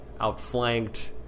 outflanked